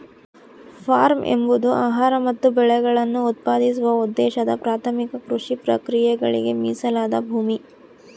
form ಎಂಬುದು ಆಹಾರ ಮತ್ತು ಬೆಳೆಗಳನ್ನು ಉತ್ಪಾದಿಸುವ ಉದ್ದೇಶದ ಪ್ರಾಥಮಿಕ ಕೃಷಿ ಪ್ರಕ್ರಿಯೆಗಳಿಗೆ ಮೀಸಲಾದ ಭೂಮಿ